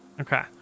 Okay